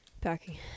Packing